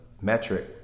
metric